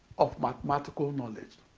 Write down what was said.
of mathematical knowledge.